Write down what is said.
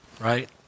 Right